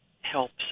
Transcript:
helps